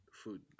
food